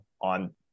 on